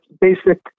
basic